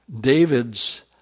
David's